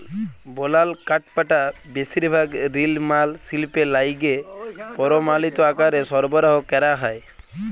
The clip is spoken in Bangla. বলাল কাঠপাটা বেশিরভাগ লিরমাল শিল্পে লাইগে পরমালিত আকারে সরবরাহ ক্যরা হ্যয়